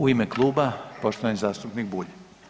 U ime kluba poštovani zastupnik Bulj.